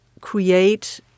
create